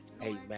Amen